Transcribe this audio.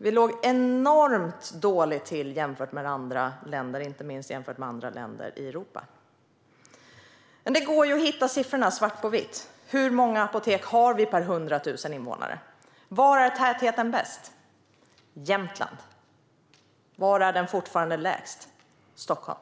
Vi låg enormt dåligt till jämfört med andra länder, inte minst andra länder i Europa. Det går att hitta siffrorna svart på vitt. Hur många apotek har vi per 100 000 invånare? Var är tätheten högst? I Jämtland. Var är den fortfarande lägst? I Stockholm.